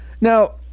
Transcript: now